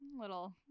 little